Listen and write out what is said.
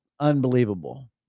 unbelievable